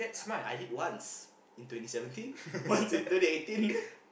I did once in twenty seventeen once in twenty eighteen